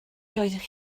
doeddech